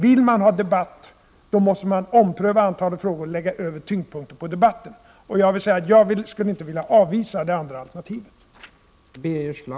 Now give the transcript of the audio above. Vill man ha debatt, måste man ompröva antalet frågor och lägga tyngdpunkten på debatten. Jag skulle inte vilja avvisa det andra alternativet.